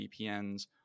VPNs